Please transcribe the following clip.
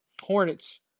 Hornets